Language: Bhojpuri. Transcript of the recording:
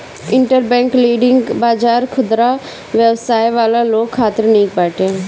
इंटरबैंक लीडिंग बाजार खुदरा व्यवसाय वाला लोग खातिर निक बाटे